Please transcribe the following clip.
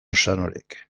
sanorik